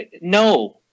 no